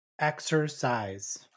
Exercise